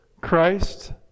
Christ